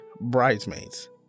bridesmaids